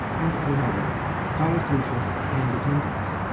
and at another caius lucius and attendants